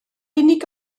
unig